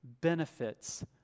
benefits